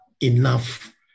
enough